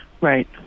Right